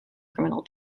criminal